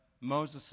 Moses